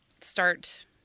start